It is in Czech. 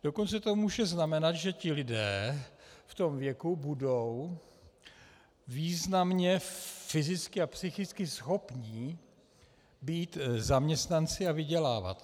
Dokonce to může znamenat, že lidé v tom věku budou významně fyzicky a psychicky schopni být zaměstnanci a vydělávat.